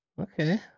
Okay